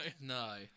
no